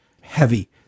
heavy